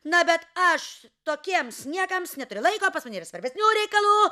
na bet aš tokiems niekams neturi laiko nėra svarbesnio reikalo